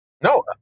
No